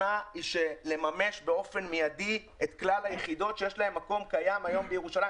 היא לממש באופן מיידי את כלל היחידות שיש להן מקום קיים היום בירושלים.